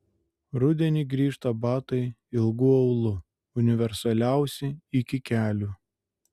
rudenį grįžta batai ilgu aulu universaliausi iki kelių